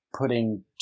putting